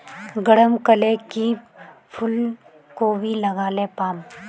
गरम कले की फूलकोबी लगाले पाम?